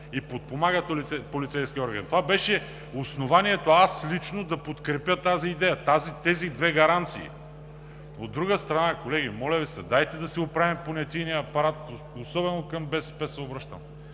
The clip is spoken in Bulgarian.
и подпомагат полицейския орган. Това беше основанието аз лично да подкрепя тази идея, тези две гаранции. От друга страна, колеги, моля Ви, дайте да си оправим партийния апарат, особено към БСП се обръщам.